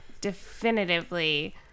definitively